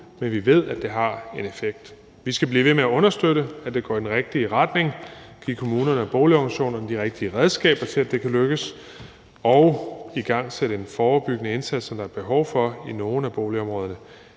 men vi ved, at det har en effekt. Vi skal blive ved med at understøtte, at det går i den rigtige retning, give kommunerne og boligorganisationerne de rigtige redskaber, til at det kan lykkes, og vi skal igangsætte en forebyggende indsats, som der er behov for i nogle af boligområderne.